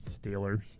Steelers